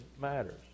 matters